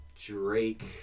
Drake